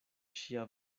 ŝia